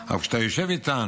אבל כשאתה יושב איתן,